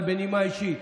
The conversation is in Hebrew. אבל בנימה אישית,